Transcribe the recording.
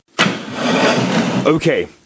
Okay